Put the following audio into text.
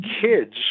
kids